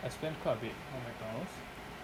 I spent quite a bit on McDonald's